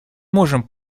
можем